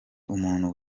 umuntu